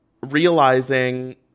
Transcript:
realizing